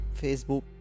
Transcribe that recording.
Facebook